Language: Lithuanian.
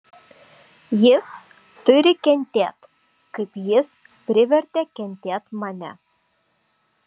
jis turi kentėt kaip jis privertė kentėt mane